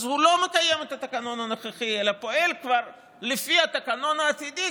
אז הוא לא מקיים את התקנון הנוכחי אלא פועל כבר לפי התקנון העתידי,